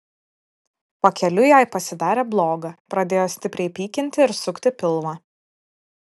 pakeliui jai pasidarė bloga pradėjo stipriai pykinti ir sukti pilvą